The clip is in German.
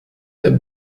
der